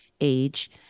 age